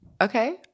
Okay